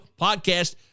Podcast